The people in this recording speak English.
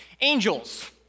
Angels